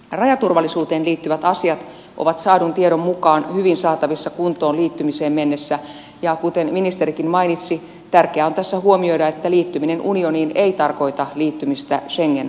rajaturvallisuuteen liittyvät asiat ovat saadun tiedon mukaan hyvin saatavissa kuntoon liittymiseen mennessä ja kuten ministerikin mainitsi tärkeää on tässä huomioida että liittyminen unioniin ei tarkoita liittymistä schengen alueeseen